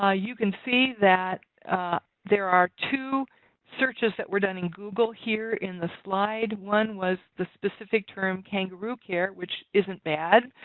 ah you can see that there are two searches that were done in google here in the slide. one was the specific term, kangaroo care, which isn't bad.